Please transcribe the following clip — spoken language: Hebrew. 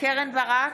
קרן ברק,